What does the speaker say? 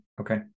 okay